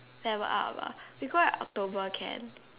level up ah we all at October can